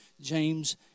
James